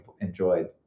enjoyed